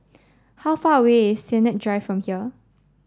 how far away is Sennett Drive from here